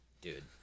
dude